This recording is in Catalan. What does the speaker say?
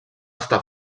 estar